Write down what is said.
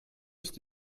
ist